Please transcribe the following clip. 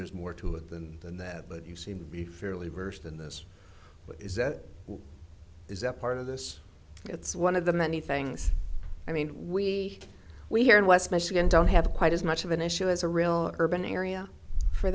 there's more to it than that but you seem to be fairly worse than this is that is that part of this it's one of the many things i mean we we here in west michigan don't have quite as much of an issue as a real urban area for